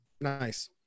Nice